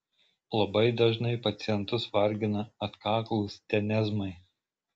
labai dažnai pacientus vargina atkaklūs tenezmai